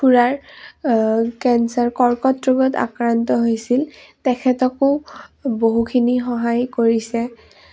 খুৰাৰ কেঞ্চাৰ কৰ্কট ৰোগত আক্ৰান্ত হৈছিল তেখেতকো বহুখিনি সহায় কৰিছে